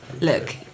Look